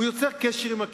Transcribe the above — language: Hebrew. הוא יוצר קשר עם הקהילה,